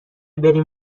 بریم